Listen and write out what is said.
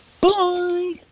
Bye